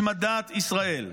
השמדת ישראל.